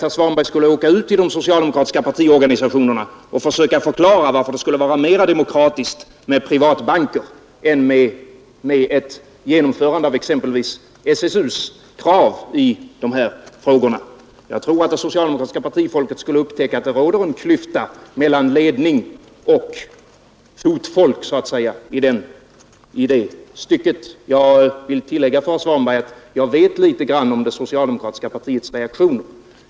Herr Svanberg skulle nog inte möta den uppfattningen om han skulle åka ut till dem och försöka förklara varför det skulle vara mera demokratiskt med stora privatbanker än ett genomförande av exempelvis SSU: krav i dessa frågor. Jag tror att det socialdemokratiska partifolket skulle upptäcka att det i det stycket råder en klyfta mellan ledning och fotfolk s. a. s. Jag vill tillägga att jag vet litet om det socialdemokratiska partiets reaktioner.